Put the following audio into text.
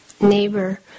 neighbor